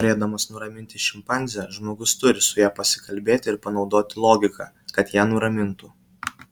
norėdamas nuraminti šimpanzę žmogus turi su ja pasikalbėti ir panaudoti logiką kad ją nuramintų